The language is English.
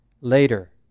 later